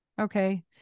Okay